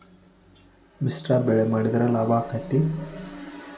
ಮಿಶ್ರ ಬೆಳಿ ಮಾಡಿದ್ರ ಲಾಭ ಆಕ್ಕೆತಿ?